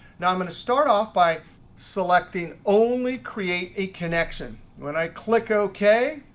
now i'm going to start off by selecting only create a connection. when i click ok,